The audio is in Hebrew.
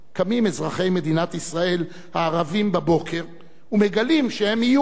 קמים אזרחי מדינת ישראל הערבים בבוקר ומגלים שהם איום,